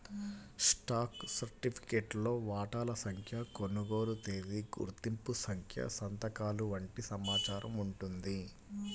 stock సర్టిఫికేట్లో వాటాల సంఖ్య, కొనుగోలు తేదీ, గుర్తింపు సంఖ్య సంతకాలు వంటి సమాచారం ఉంటుంది